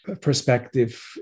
perspective